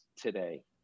today